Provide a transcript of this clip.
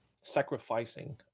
sacrificing